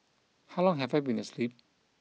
how long have I been asleep